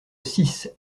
six